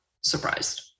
surprised